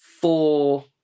four